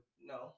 No